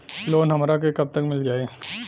Loan हमरा के कब तक मिल जाई?